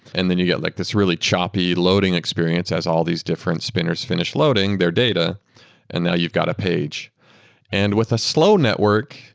and then you get like this really choppy loading experience, as all these different spinners fi nish loading their data and now you've got a page and with a slow network,